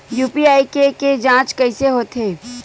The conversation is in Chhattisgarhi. यू.पी.आई के के जांच कइसे होथे?